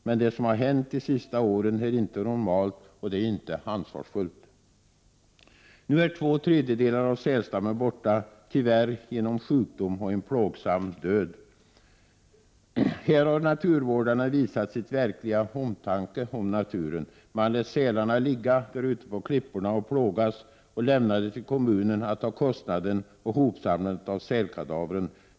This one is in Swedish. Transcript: Men det som har hänt de sista åren är inte normalt och inte ansvarsfullt. Nu är två tredjedelar av sälstammen borta, tyvärr genom sjukdom och en plågsam död. Här har naturvårdarna visat sin verkliga omtanke om naturen. Man lät sälarna ligga där ute på klipporna och plågas och lämnade till kommunen att ta kostnaderna och hopsamlandet av sälkadavren.